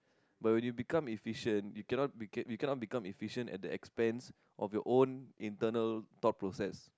but when you become efficient you cannot became you cannot become efficient at the expense of your own internal thought process